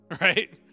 Right